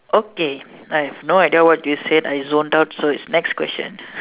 okay I have no idea what you said I zoned out so it's next question